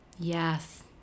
Yes